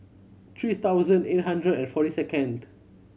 three thousand eight hundred and forty second